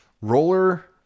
roller